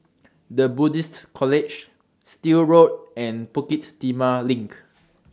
The Buddhist College Still Road and Bukit Timah LINK